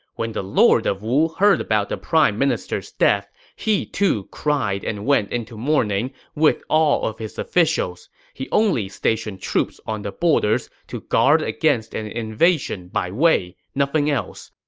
when the lord of wu heard about the prime minister's death, he, too, cried and went into mourning with all of his officials. he only stationed troops on the borders to guard against an invasion by wei, nothing else.